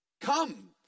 Come